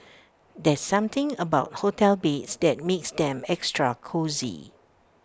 there's something about hotel beds that makes them extra cosy